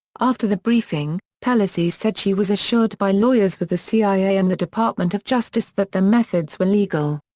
after the briefing, pelosi said she was assured by lawyers with the cia and the department of justice that the methods were legal.